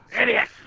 idiot